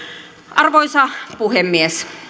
arvoisa puhemies